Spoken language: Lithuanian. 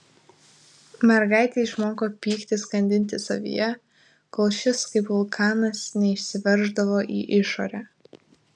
mergaitė išmoko pyktį skandinti savyje kol šis kaip vulkanas neišsiverždavo į išorę